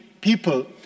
people